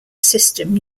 system